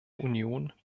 union